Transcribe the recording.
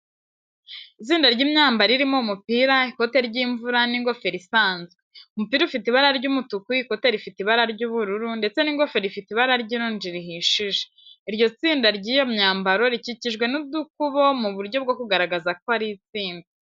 Itsinda ry'imyambaro irimo; umupira, ikote ry'imvura, n'ingofero isanzwe. Umupira ufite ibara ry'umutuku, ikote rifite ibara ry'ubururu, ndetse n'ingofero ifite ibara ry'irunji rihishije. Iryo tsinda ry'iyo myambaro rikikijwe n'udukubo mu buryo bwo kugaragaza ko ari itsinda.